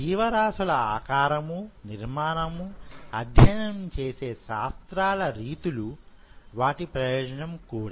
జీవరాశుల ఆకారము నిర్మాణము అధ్యయనం చేసే శాస్త్రాల రీతులు వాటి ప్రయోజనం కూడా